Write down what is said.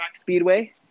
Speedway